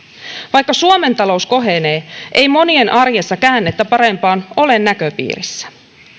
vaikka suomen talous kohenee ei monien arjessa käännettä parempaan ole näköpiirissä